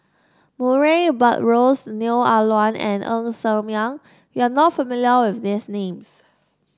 Murray Buttrose Neo Ah Luan and Ng Ser Miang you are not familiar with these names